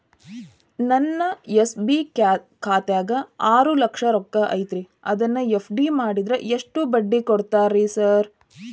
ನನ್ನ ಎಸ್.ಬಿ ಖಾತ್ಯಾಗ ಆರು ಲಕ್ಷ ರೊಕ್ಕ ಐತ್ರಿ ಅದನ್ನ ಎಫ್.ಡಿ ಮಾಡಿದ್ರ ಎಷ್ಟ ಬಡ್ಡಿ ಕೊಡ್ತೇರಿ ಸರ್?